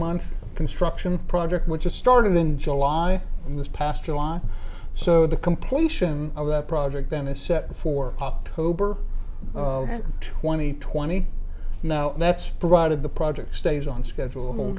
month construction project which is start of in july and this past july so the completion of that project then is set for october twenty twenty now that's provided the project stays on schedule